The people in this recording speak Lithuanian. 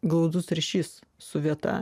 glaudus ryšys su vieta